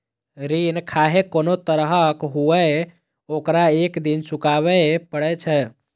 ऋण खाहे कोनो तरहक हुअय, ओकरा एक दिन चुकाबैये पड़ै छै